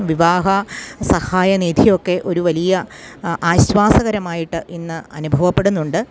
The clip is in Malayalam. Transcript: വിവാഹ സഹായനിധിയൊക്കെ ഒരു വലിയ ആശ്വാസകരമായിട്ട് ഇന്ന് അനുഭവപ്പെടുന്നുണ്ട്